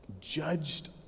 Judged